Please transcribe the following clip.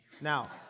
Now